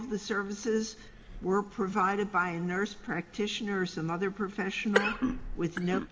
of the services were provided by a nurse practitioner or some other profession with no